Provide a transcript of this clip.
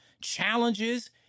challenges